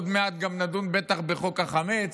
עוד מעט גם נדון בטח בחוק החמץ,